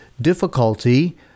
difficulty